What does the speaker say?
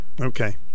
okay